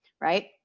right